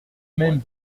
même